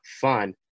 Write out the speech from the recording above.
fun